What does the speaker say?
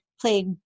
played